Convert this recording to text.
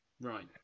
Right